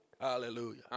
Hallelujah